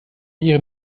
ihren